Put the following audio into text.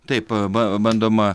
taip ba bandoma